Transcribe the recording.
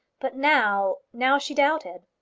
but now now she doubted.